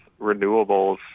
renewables